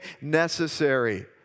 necessary